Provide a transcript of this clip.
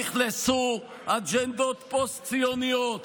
נכנסו אג'נדות פוסט-ציוניות